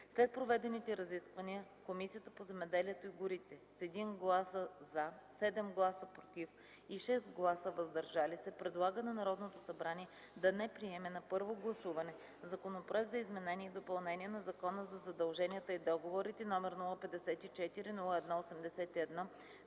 След проведените разисквания Комисията по земеделието и горите с 1 глас “за”, 7 гласа “против” и 6 гласа “въздържали се” предлага на Народното събрание да не приеме на първо гласуване Законопроект за изменение и допълнение на Закона за задълженията и договорите, № 054-01-81,